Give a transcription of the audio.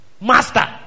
master